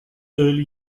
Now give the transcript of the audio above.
early